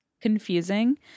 confusing